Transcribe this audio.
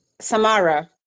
Samara